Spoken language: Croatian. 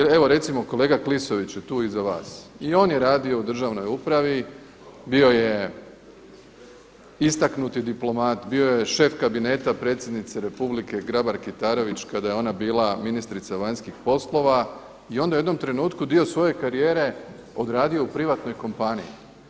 Ili evo recimo kolega Klisović je tu iza vas i on je radio u državnoj upravi, bio je istaknuti diplomat, bio je šef Kabineta predsjednice Republike Grabar Kitarović kada je ona bila ministrica vanjskih poslova i onda je u jednom trenutku dio svoje karijere odradio u privatnoj kompaniji.